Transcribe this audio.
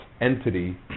entity